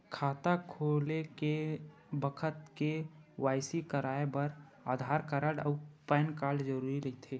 खाता खोले के बखत के.वाइ.सी कराये बर आधार कार्ड अउ पैन कार्ड जरुरी रहिथे